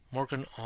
Morgan